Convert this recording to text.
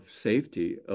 safety